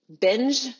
binge